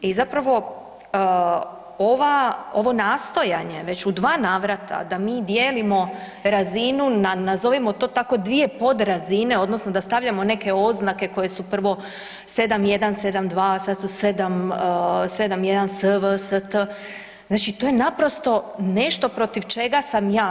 I zapravo ova nastojanje već u dva navrata da mi dijelimo razinu na nazovimo to tako dvije podrazine odnosno da stavljamo neke oznake koje su prvo 7.1, 7.2, sad su 7.1 SV, ST, znači to je naprosto nešto čega sam ja.